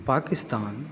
Pakistan